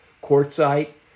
quartzite